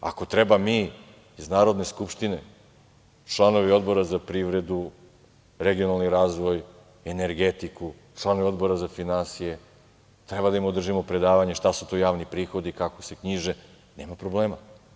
Ako treba mi iz Narodne skupštine, članovi Odbora za privredu, regionalni razvoj, energetiku, članovi Odbora za finansije, treba da im održimo predavanje šta su to javni prihodi, kako se knjiže, nema problema.